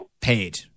paid